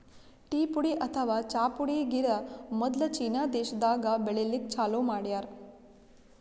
tea ಪುಡಿ ಅಥವಾ ಚಾ ಪುಡಿ ಗಿಡ ಮೊದ್ಲ ಚೀನಾ ದೇಶಾದಾಗ್ ಬೆಳಿಲಿಕ್ಕ್ ಚಾಲೂ ಮಾಡ್ಯಾರ್